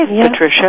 Patricia